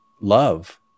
love